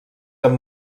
amb